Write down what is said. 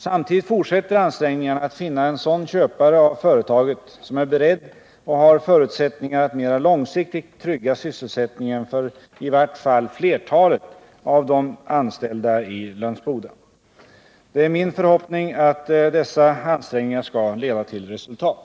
Samtidigt fortsätter ansträngningarna att finna en sådan köpare av företaget, som är beredd och har förutsättningar att mera långsiktigt trygga sysselsättningen för i vart fall flertalet av de anställda i Lönsboda. Det är min förhoppning att dessa ansträngningar skall leda till resultat.